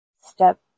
step